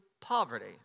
poverty